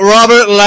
Robert